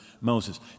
Moses